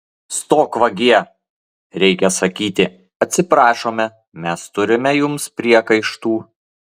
stok vagie reikia sakyti atsiprašome mes turime jums priekaištų